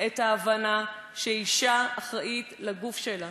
את ההבנה שאישה אחראית לגוף שלה,